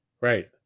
right